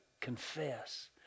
confess